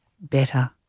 better